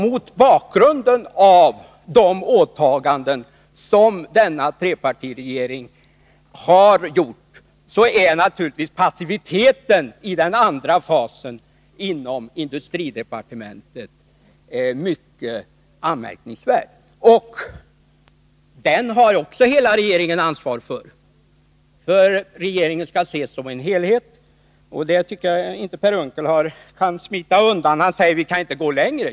Mot bakgrunden av de åtaganden som denna trepartiregering gjort är naturligtvis passiviteten i den andra fasen inom industridepartementet mycket anmärkningsvärd. Detta har också hela regeringen ansvar för, eftersom regeringen skall ses som en helhet. Det tycker jag inte att Per Unckel kan smita undan. Han säger att maninte kunde gå längre.